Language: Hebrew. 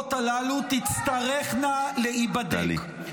הידיעות הללו תצטרכנה להיבדק.